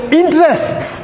interests